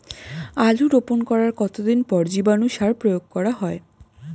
আলু রোপণ করার কতদিন পর জীবাণু সার প্রয়োগ করা হয়?